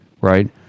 right